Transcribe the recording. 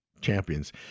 champions